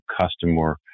customer